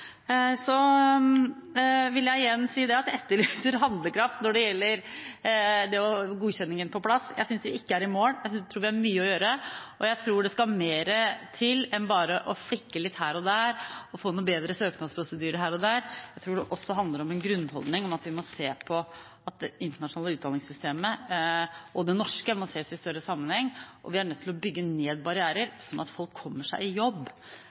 Så vil jeg igjen si at jeg etterlyser handlekraft når det gjelder det å få godkjenningen på plass. Jeg synes ikke vi er i mål. Vi har mye å gjøre, og jeg tror det skal mer til enn bare å flikke litt her og der og få noen bedre søknadsprosedyrer her og der. Jeg tror det også handler om en grunnholdning om at det internasjonale utdanningssystemet og det norske må ses mer i sammenheng, og vi er nødt til å bygge ned barrierer sånn at folk kommer seg i jobb.